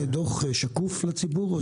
זה דוח שקוף לציבור?